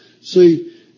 See